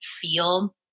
feel